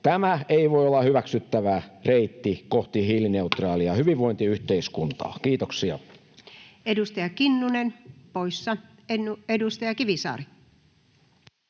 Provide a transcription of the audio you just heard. Tämä ei voi olla hyväksyttävä reitti kohti hiilineutraalia hyvinvointiyhteiskuntaa. — Kiitoksia. [Speech 58] Speaker: Anu Vehviläinen